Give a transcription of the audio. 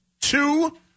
two